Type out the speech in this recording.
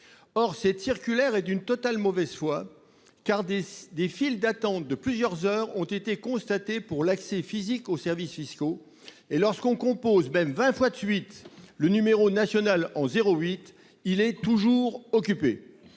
de cette circulaire sont d'une totale mauvaise foi, car des files d'attente de plusieurs heures ont été constatées pour accéder physiquement aux services fiscaux. Et même lorsqu'on le compose vingt fois de suite, le numéro national en 08 est toujours occupé.